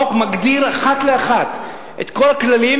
החוק מגדיר אחד לאחד את כל הכללים,